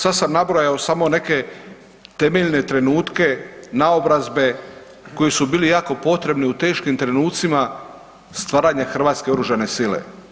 Sad sam nabrojao samo neke temeljne trenutke naobrazbe koje su bile jako potrebne u teškim trenucima stvaranja hrvatske oružane sile.